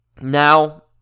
now